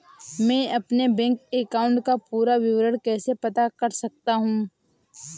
मैं अपने bank account का पूरा विवरण कैसे पता कर सकता हूँ?